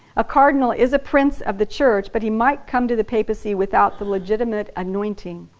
a cardinal is a prince of the church but he might come to the papacy without the legitimate anointing.